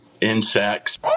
insects